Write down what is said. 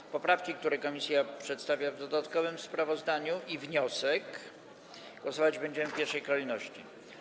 Nad poprawkami, które komisja przedstawia w dodatkowym sprawozdaniu, i nad wnioskiem głosować będziemy w pierwszej kolejności.